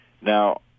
Now